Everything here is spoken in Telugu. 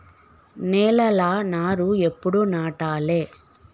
నేలలా నారు ఎప్పుడు నాటాలె?